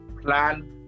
Plan